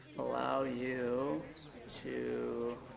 allow you to.